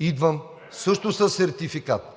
идвам също със сертификат.